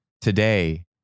Today